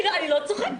אני לא צוחקת.